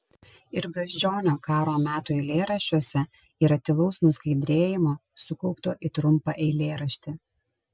ir brazdžionio karo metų eilėraščiuose yra tylaus nuskaidrėjimo sukaupto į trumpą eilėraštį